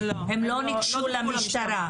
הם לא ניגשו למשטרה.